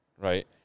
Right